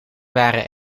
waren